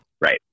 Right